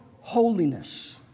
holiness